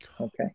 Okay